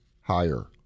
higher